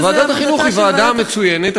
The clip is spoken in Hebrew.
ועדת החינוך היא ועדה מצוינת,